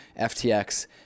FTX